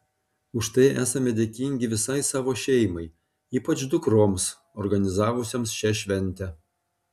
už tai esami dėkingi visai savo šeimai ypač dukroms organizavusioms šią šventę